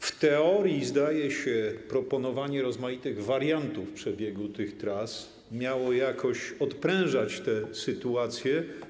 W teorii zdaje się proponowanie rozmaitych wariantów przebiegu tych tras miało jakoś odprężać tę sytuację.